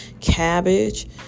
cabbage